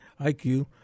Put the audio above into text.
IQ